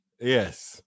Yes